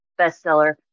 bestseller